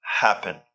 happen